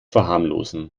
verharmlosen